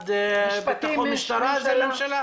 המשטרה זה ממשלה,